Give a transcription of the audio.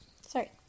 Sorry